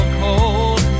cold